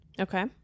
Okay